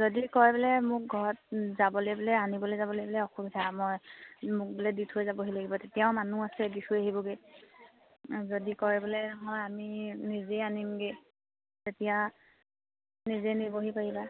যদি কয় বোলে মোক ঘৰত যাবলৈ বোলে আনিবলৈ যাবলৈ বোলে অসুবিধা মই মোক বোলে দি থৈ যাবহি লাগিব তেতিয়াও মানুহ আছে দি থৈ আহিবগৈ যদি কয় বোলে নহয় আমি নিজেই আনিমগৈ তেতিয়া নিজেই নিবহি পাৰিবা